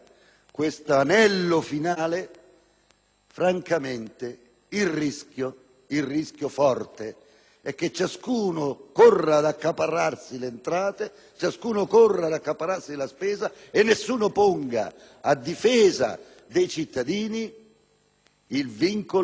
francamente il rischio forte è che ciascuno corra ad accaparrarsi le entrate e la spesa e nessuno ponga a difesa dei cittadini il vincolo sul totale della pressione fiscale.